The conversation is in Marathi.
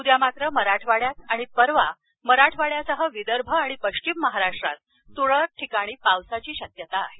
उद्या मात्र मराठवाड्यात आणि परवा मराठवाड्यासह विदर्भ आणि पश्चिम महाराष्ट्रात तुरळक ठिकाणी पावसाची शक्यता आहे